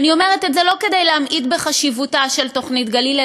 ואני אומרת את זה לא כדי להמעיט בחשיבות תוכנית גליל,